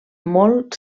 molt